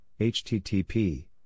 HTTP